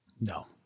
No